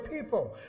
people